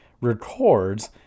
records